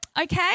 Okay